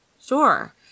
Sure